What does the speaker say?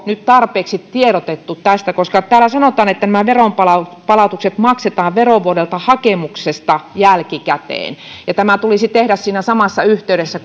nyt tarpeeksi tiedotettu tästä koska täällä sanotaan että nämä veronpalautukset maksetaan verovuodelta hakemuksesta jälkikäteen ja tämä tulisi tehdä siinä samassa yhteydessä